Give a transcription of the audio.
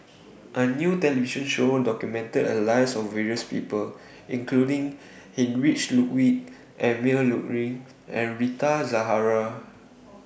A New television Show documented The Lives of various People including Heinrich Ludwig Emil Luering and Rita Zahara